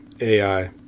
AI